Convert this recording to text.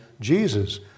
Jesus